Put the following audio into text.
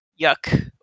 yuck